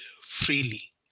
freely